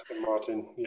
martin